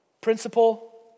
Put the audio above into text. principle